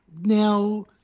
Now